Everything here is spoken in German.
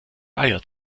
eier